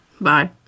Bye